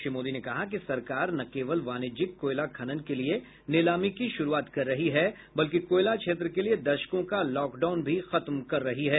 श्री मोदी ने कहा कि सरकार न केवल वाणिज्यिक कोयला खनन के लिए नीलामी की शुरूआत कर रही है बल्कि कोयला क्षेत्र के लिए दशकों का लॉकडाउन भी खत्म कर रही है